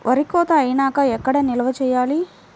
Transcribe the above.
వరి కోత అయినాక ఎక్కడ నిల్వ చేయాలి?